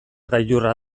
gailurra